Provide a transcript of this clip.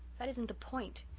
that isn't the point.